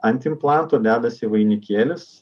ant implantų dedasi vainikėlis